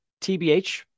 TBH